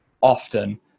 often